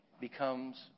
becomes